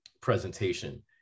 presentation